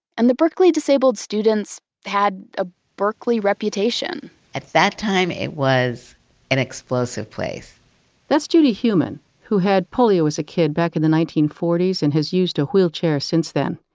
and the berkeley disabled students had, a berkeley reputation at that time it was an explosive place that's judy heumann, who had polio as a kid back in the nineteen forty s and has used a wheelchair since then.